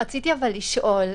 רציתי לשאול משהו.